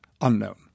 unknown